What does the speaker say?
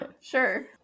sure